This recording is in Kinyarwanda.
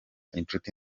inshuti